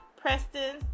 Preston